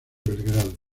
belgrado